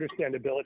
understandability